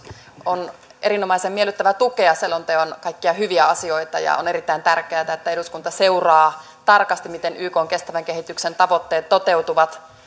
on erinomaisen miellyttävä tukea selonteon kaikkia hyviä asioita ja on erittäin tärkeätä että eduskunta seuraa tarkasti miten ykn kestävän kehityksen tavoitteet toteutuvat